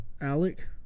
Alec